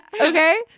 Okay